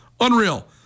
Unreal